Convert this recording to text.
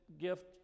gift